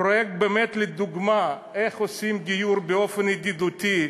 פרויקט לדוגמה, איך עושים גיור באופן ידידותי,